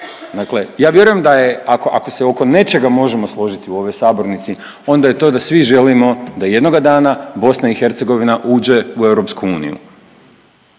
dakle ja vjerujem ako se oko nečega možemo složiti u ovoj sabornici onda je to da svi želimo da jednoga dana BiH uđe u EU. Ali